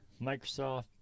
Microsoft